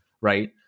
right